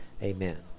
Amen